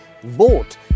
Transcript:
vote